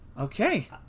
Okay